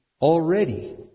already